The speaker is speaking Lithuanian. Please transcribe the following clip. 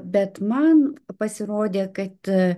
bet man pasirodė kad